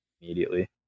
immediately